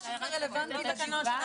--- אני לא בטוחה שזה רלוונטי לדיון שלנו.